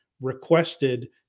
requested